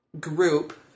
group